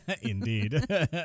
Indeed